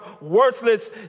worthless